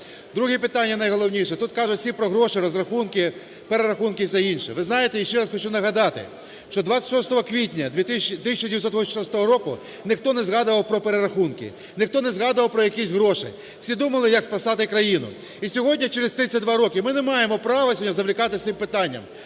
Друге питання найголовніше. Тут кажуть всі про гроші, розрахунки, перерахунки і все інше. Ви знаєте, ще раз хочу нагадати, що 26 квітня 1986 року ніхто не згадував про перерахунки, ніхто не згадував про якісь гроші, всі думали, як спасати країну. І сьогодні через 32 роки ми не маємо права сьогодні зволікати з цим питанням,